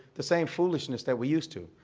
the same foolishness that we used to.